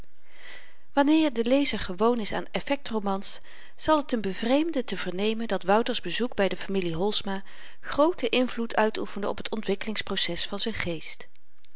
wanneer de lezer gewoon is aan effekt romans zal t hem bevreemden te vernemen dat wouters bezoek by de familie holsma grooten invloed uitoefende op t ontwikkelingsproces van z'n geest